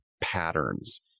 patterns